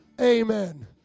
Amen